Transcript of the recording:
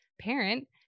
parent